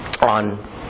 on